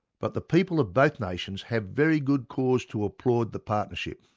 but the people of both nations have very good cause to applaud the partnership.